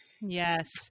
Yes